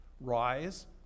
Rise